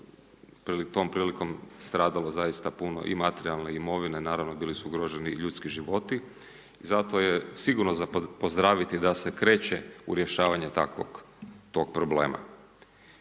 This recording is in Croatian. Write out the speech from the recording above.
tom prilikom stradalo zaista puno i materijalne imovine, naravno, bili su ugroženi i ljudski životi, i zato je sigurno za pozdraviti da se kreće u rješavanje takvog, tog problema.